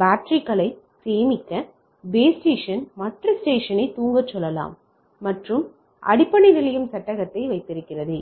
பேட்டரிகளை சேமிக்க base station மற்ற ஸ்டேஷனை தூங்கச் சொல்லலாம் மற்ற மற்றும் அடிப்படை நிலையம் சட்டகத்தை வைத்திருக்கிறது